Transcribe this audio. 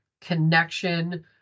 connection